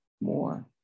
more